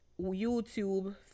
YouTube